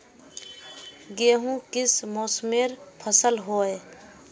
गेहूँ किस मौसमेर फसल होय?